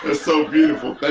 ah so beautiful,